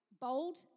bold